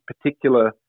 particular